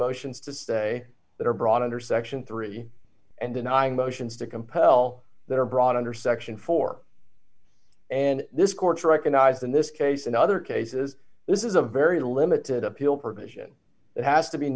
motions to stay that are brought under section three and denying motions to compel that are brought under section four and this court's recognized in this case in other cases this is a very limited appeal provision that has to be